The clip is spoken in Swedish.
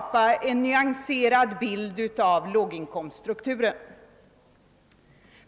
inte ge en nyanserad bild av låginkomststrukturen.